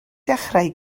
dechrau